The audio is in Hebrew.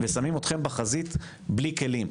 ושמים אתכם בחזית בלי כלים,